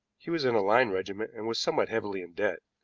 he was in a line regiment, and was somewhat heavily in debt.